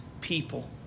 people